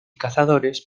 cazadores